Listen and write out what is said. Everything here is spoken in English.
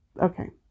Okay